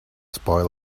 spoil